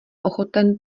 ochoten